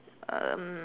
um